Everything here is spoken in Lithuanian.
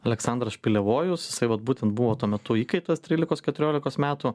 aleksandras špilevojus jisai vat būtent buvo tuo metu įkaitas trylikos keturiolikos metų